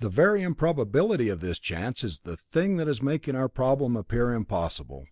the very improbability of this chance is the thing that is making our problem appear impossible.